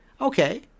okay